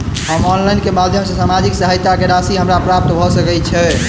हम ऑनलाइन केँ माध्यम सँ सामाजिक सहायता केँ राशि हमरा प्राप्त भऽ सकै छै?